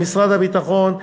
למשרד הביטחון,